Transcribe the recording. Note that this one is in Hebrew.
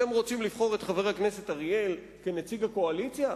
אתם רוצים לבחור את חבר הכנסת אריאל כנציג הקואליציה?